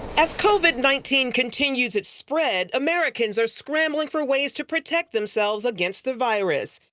as covid nineteen continues its spread, americans are scrambling for ways to protect themselves against the virus.